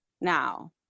now